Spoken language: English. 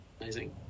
Amazing